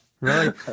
Right